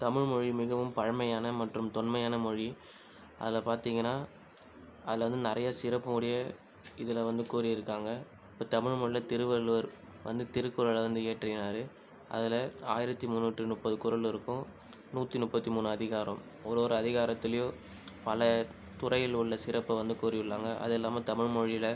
தமிழ்மொழி மிகவும் பழமையான மற்றும் தொன்மையான மொழி அதில் பார்த்தீங்கனா அதில் வந்து நிறைய சிறப்புங்கூடிய இதில் வந்து கூறியிருக்காங்க இப்போ தமிழ்மொழியில் திருவள்ளுவர் வந்து திருக்குறளை வந்து இயற்றினார் அதில் ஆயிரத்தி முன்னூற்றி முப்பது குறள் இருக்கும் நூற்றி முப்பத்தி மூணு அதிகாரம் ஒரு ஒரு அதிகாரத்திலையும் பல துறையில் உள்ள சிறப்பு வந்து கூறியுள்ளாங்க அது இல்லாமல் தமிழ்மொழியில்